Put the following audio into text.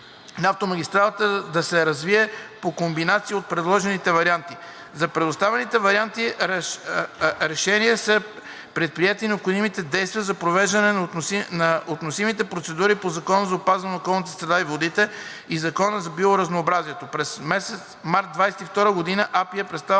на автомагистралата да се развие по комбинация от предложените варианти. За представените вариантни решения са били предприети необходимите действия за провеждане на относимите процедури по Закона за опазване на околната среда и водите и Закона за биоразнообразието. През март 2022 г. Агенция